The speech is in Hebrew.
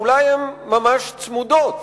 שאולי הן ממש צמודות.